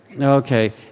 Okay